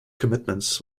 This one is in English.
commitments